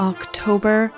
October